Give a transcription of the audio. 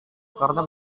karena